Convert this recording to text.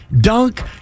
dunk